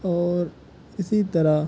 اور اسی طرح